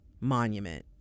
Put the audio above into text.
monument